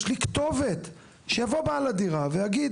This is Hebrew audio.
יש לי כתובת שיבוא בעל הדירה ויגיד,